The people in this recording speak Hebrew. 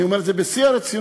ואני אומר את זה בשיא הרצינות,